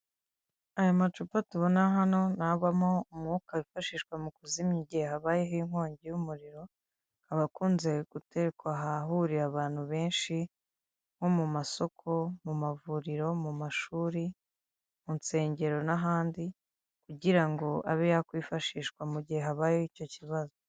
Aya macupa tubona hano, ni abamo umwuka wifashishwa mu kuzimya igihe habayeho inkongi y'umuriro, akaba akunze guterwa ahahurira abantu benshi; nko mu masoko, mu mavuriro, mu mashuri, mu nsengero, n'ahandi, kugira ngo abe yakwifashishwa mu gihe habayeho icyo kibazo.